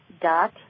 dot